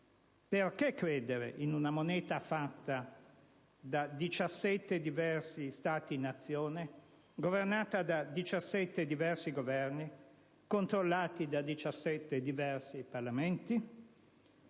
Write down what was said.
perché credere in una moneta fatta da 17 diversi Stati-Nazione, governata da 17 diversi Governi controllati da 17 diversi Parlamenti?